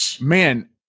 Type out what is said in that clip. man